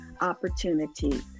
opportunities